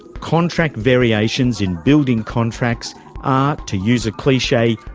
contract variations in building contracts, ah to use a cliche,